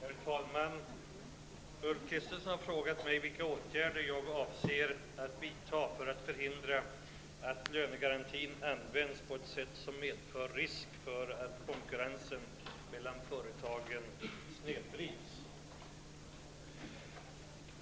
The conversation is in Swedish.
Herr talman! Ulf Kristersson har frågat mig vilka åtgärder jag avser att vidta för att förhindra att lönegarantin används på ett sätt som medför risk för att konkurrensen mellan företagen snedvrids.